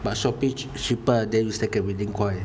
but Shopee cheaper then you still can redeem coin